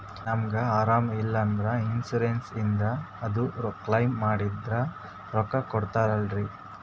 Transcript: ನಮಗ ಅರಾಮ ಇಲ್ಲಂದ್ರ ಇನ್ಸೂರೆನ್ಸ್ ಇದ್ರ ಅದು ಕ್ಲೈಮ ಮಾಡಿದ್ರ ರೊಕ್ಕ ಕೊಡ್ತಾರಲ್ರಿ?